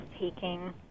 taking